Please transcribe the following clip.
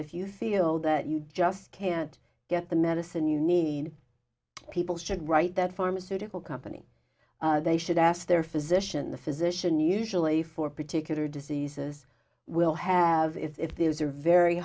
if you feel that you just can't get the medicine you need people should write that pharmaceutical company they should ask their physician the physician usually for particular diseases will have is if these are very